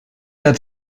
der